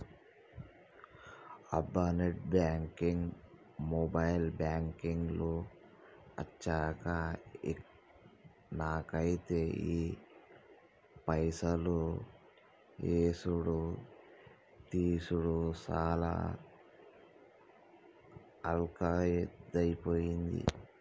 అబ్బా net banking mobile banking లు అచ్చాక నాకైతే ఈ పైసలు యేసుడు తీసాడు చాలా అల్కగైపోయింది